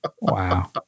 Wow